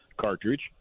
cartridge